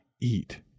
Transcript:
eat